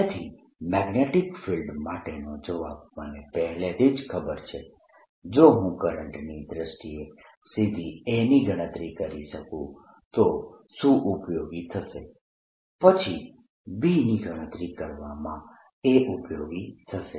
તેથી magnetic field માટેનો જવાબ મને પહેલેથી જ ખબર છે જો હું કરંટની દ્રષ્ટિએ સીધી A ની ગણતરી કરી શકું તો શું ઉપયોગી થશે પછી B ની ગણતરી કરવામાં A ઉપયોગી થશે